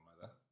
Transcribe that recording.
mother